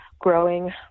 growing